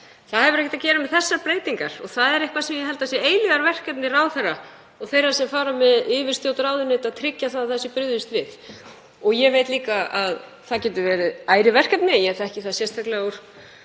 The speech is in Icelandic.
Það hefur ekkert að gera með þessar breytingar og það er eitthvað sem ég held að sé eilífðarverkefni ráðherra og þeirra sem fara með yfirstjórn ráðuneyta, að tryggja að brugðist sé við. Ég veit líka að það getur verið ærið verkefni. Ég þekki það sérstaklega úr